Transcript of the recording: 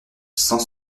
cent